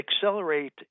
accelerate